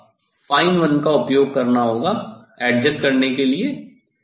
इसका fine one का उपयोग करना होगा एडजस्ट करने के लिए